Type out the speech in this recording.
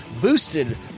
Boosted